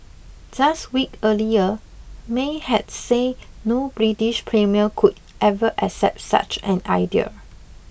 just week earlier May had said no British premier could ever accept such an idea